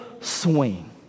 swing